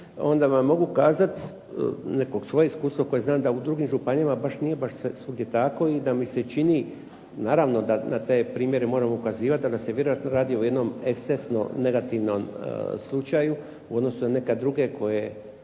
onda vam mogu kazati neko svoje iskustvo koje znam da u drugim županijama nije tako i da mi se čini naravno da na te primjere moramo ukazivati. Danas se vjerojatno radi o jednom ekscesnom negativno slučaju u odnosu na neke druge koje